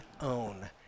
own